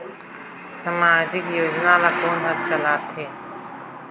समाजिक योजना ला कोन हर चलाथ हे?